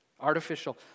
artificial